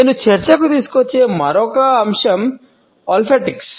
నేను చర్చకు తీసుకునే మరో అంశం ఒల్ఫాక్టిక్స్